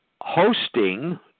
hosting